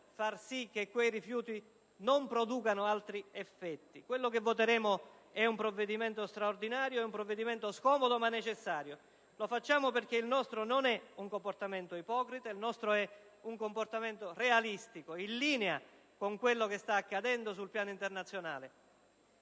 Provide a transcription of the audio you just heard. far sì che quei rifiuti non producano altri effetti. Quello che voteremo è un provvedimento straordinario, è un provvedimento scomodo, ma necessario. Lo facciamo perché il nostro non è un comportamento ipocrita, il nostro è un comportamento realistico, in linea con quello che sta accadendo sul piano internazionale,